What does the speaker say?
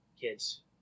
kids